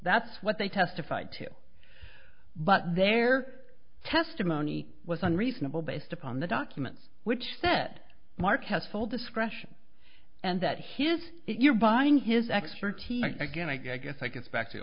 that's what they testified to but their testimony was unreasonable based upon the documents which said mark has full discretion and that his you're buying his expertise again i guess i guess back to